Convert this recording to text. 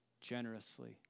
generously